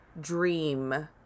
dream